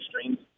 streams